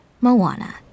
Moana